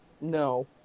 No